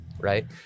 right